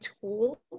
tool